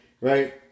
right